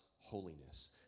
holiness